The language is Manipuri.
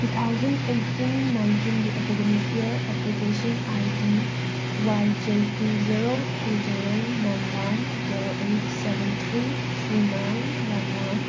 ꯇꯨ ꯊꯥꯎꯖꯟ ꯑꯩꯠꯇꯤꯟ ꯅꯥꯏꯟꯇꯤꯟꯒꯤ academic year application I D Y J two zero two zero nine one zero eight seven three three nine one one